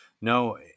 No